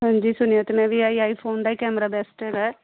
ਹਾਂਜੀ ਸੁਣਿਆ ਤਾਂ ਮੈਂ ਵੀ ਆ ਆਈਫੋਨ ਦਾ ਹੀ ਕੈਮਰਾ ਬੈਸਟ ਹੈਗਾ